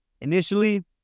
Initially